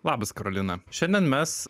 labas karolina šiandien mes